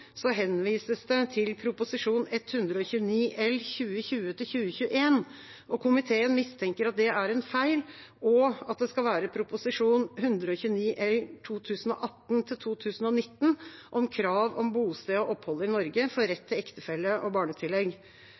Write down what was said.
henvises det til Prop. 129 L for 2020–2021. Komiteen mistenker at det er en feil, og at det skal være Prop. 129 L for 2018–2019, om krav om bosted og opphold i Norge for rett til ektefelle- og barnetillegg.